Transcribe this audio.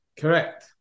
Correct